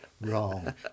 wrong